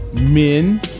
men